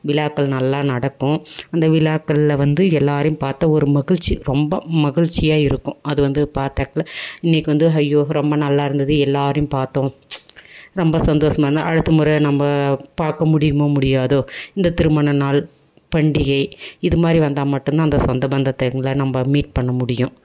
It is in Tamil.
விழாக்கள் நல்லா நடக்கும் அந்த விழாக்கள்ல வந்து எல்லோரையும் பார்த்த ஒரு மகிழ்ச்சி ரொம்ப மகிழ்ச்சியாக இருக்கும் அது வந்து பார்த்தாக்ல இன்றைக்கி வந்து ஹையோ ரொம்ப நல்லா இருந்தது எல்லோரையும் பார்த்தோம் ரொம்ப சந்தோசமான இருந்தோம் அடுத்த முறை நம்ம பார்க்க முடியுமோ முடியாதோ இந்த திருமண நாள் பண்டிகை இது மாதிரி வந்தால் மட்டும் தான் அந்த சொந்த பந்தத்தை எல்லாம் நம்ம மீட் பண்ண முடியும்